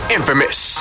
Infamous